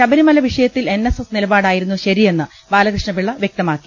ശബരിമല വിഷയത്തിൽ എൻഎസ്എസ് നിലപാടായിരുന്നു ശരിയെന്ന് ബാലകൃഷ്ണപിള്ള വ്യക്തമാക്കി